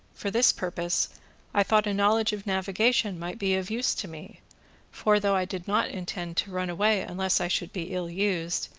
for this purpose i thought a knowledge of navigation might be of use to me for, though i did not intend to run away unless i should be ill used,